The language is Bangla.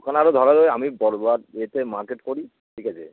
ওখানে আরও ধর আমি বড়বাজার এসে মার্কেট করি ঠিক আছে